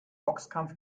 boxkampf